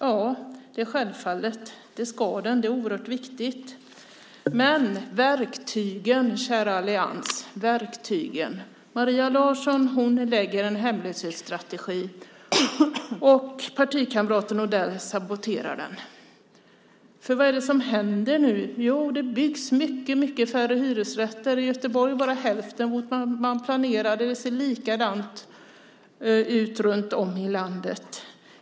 Ja, det är självklart! Det ska det. Det är oerhört viktigt. Men var är verktygen, kära allians? Maria Larsson lägger fram en hemlöshetsstrategi, och partikamraten Odell saboterar den. För vad är det som händer nu? Det byggs mycket färre hyresrätter. I Göteborg byggs bara hälften av dem man planerade. Det ser likadant ut runtom i landet.